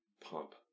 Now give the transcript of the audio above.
pump